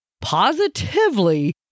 positively